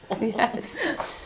Yes